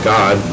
God